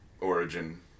origin